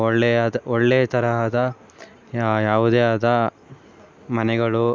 ಒಳ್ಳೆಯಾದ ಒಳ್ಳೆಯ ತರಹದ ಯಾವುದೇ ಆದ ಮನೆಗಳು